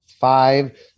five